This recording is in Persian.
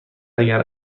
اگر